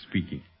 speaking